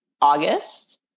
August